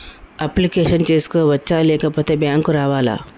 Application చేసుకోవచ్చా లేకపోతే bank రావాలా?